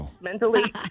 mentally